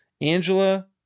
Angela